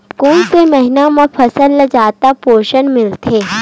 कोन से महीना म फसल ल जादा पोषण मिलथे?